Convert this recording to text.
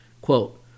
quote